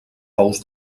pous